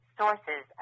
sources